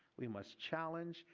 we must challenge,